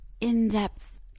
in-depth